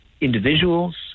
individuals